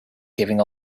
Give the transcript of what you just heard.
giving